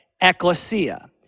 ecclesia